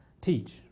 teach